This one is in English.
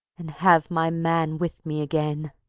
and have my man with me again.